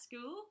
school